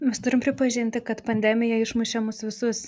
mes turim pripažinti kad pandemija išmušė mus visus